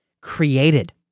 created